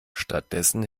stattdessen